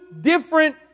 different